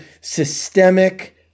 systemic